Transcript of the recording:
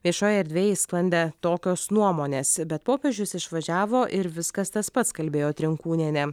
viešojoje erdvėje sklandė tokios nuomonės bet popiežius išvažiavo ir viskas tas pats kalbėjo trinkūnienė